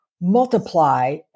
multiply